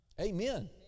Amen